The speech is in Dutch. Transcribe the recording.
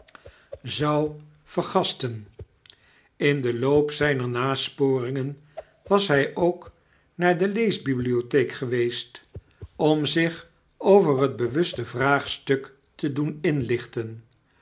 zou vergasten in den loop zyner nasporingen was hj ook naar de leesbibliotheek geweest om zich over het bewuste vraagstuk te doen inlichten